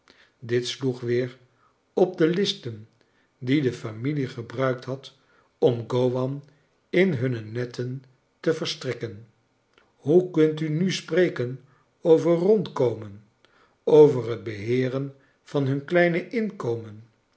dit sloeg weer op de listen die de familie gebruikt had om gowan in hunne netten te vergtrikken hoe kunt u nu spreken over rondkomen over het beheeren van hun kleine inkomen